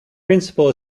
principal